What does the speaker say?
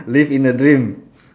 live in the dreams